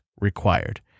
required